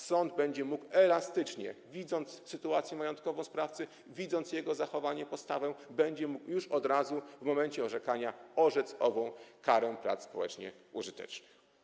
Sąd będzie mógł elastycznie, widząc sytuację majątkową sprawcy, widząc jego zachowanie i postawę, od razu w momencie orzekania orzec karę prac społecznie użytecznych.